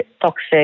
toxic